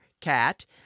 Cat